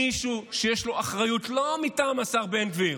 מישהו שיש לו אחריות, לא מטעם השר בן גביר.